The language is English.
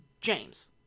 James